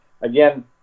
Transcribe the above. again